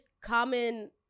common